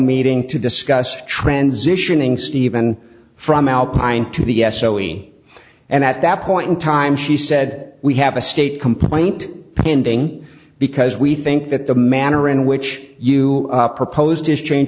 meeting to discuss transitioning stephen from alpine to the s oing and at that point in time she said we have a state complaint pending because we think that the manner in which you proposed this change